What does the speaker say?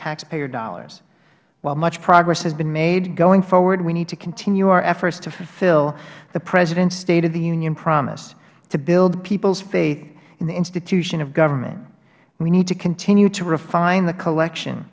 taxpayer dollars while much progress has been made going forward we need to continue our efforts to fulfill the presidents state of the union promise to build peoples faith in the institution of government we need to continue to refine the collection